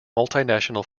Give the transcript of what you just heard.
multinational